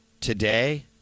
today